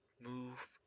move